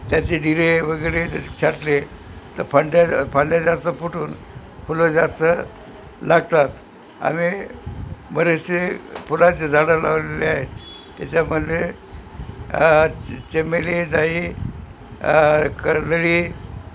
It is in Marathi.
त्याचे डिरे वगैरे छाटले तर फांद्या फांद्या जास्त फुटून फुलं जास्त लागतात आम्ही बरेचसे फुलाचे झाडं लावलेले आहेत त्याच्यामध्ये चमेली जाई कर्दळी